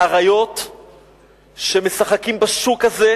אריות שמשחקים בשוק הזה,